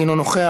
אינו נוכח,